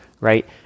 right